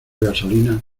gasolina